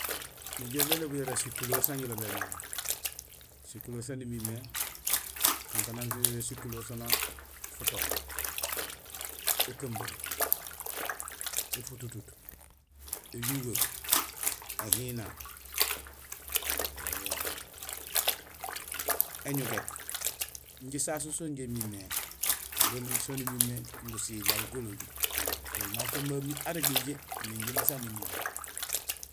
Nijool béloob yara sikuleer san jilobé mé. Sikuleer saan imimé kankanang sikuleer sono futook: ékumbung, éfututuut, éjugeek, éhina, éñugéét. Injé sasu son injé imimé so nimimé gusilay gololi; té may acé ba ami arég injé mais injé sa nimimé.